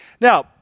Now